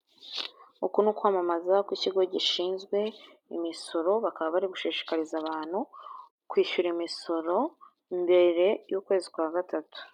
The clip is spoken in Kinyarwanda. Uku ni ukwamamaza kw'ikigo gishinzwe imisoro, bakaba bari gushishikariza abantu kwishyura imisoro mbere y'ukwezi kwa gatatu.